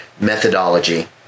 methodology